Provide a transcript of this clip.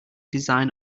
design